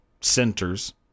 centers